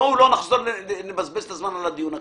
בואו לא נבזבז את כל הזמן בחזרה על הדיון הקודם.